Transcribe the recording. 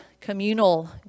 communal